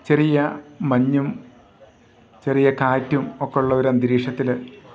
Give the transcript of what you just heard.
ചെറിയ മഞ്ഞും ചെറിയ കാറ്റും ഒക്കെയുള്ള ഒരന്തരീക്ഷത്തിൽ